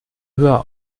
höher